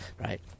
right